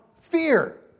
fear